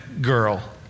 girl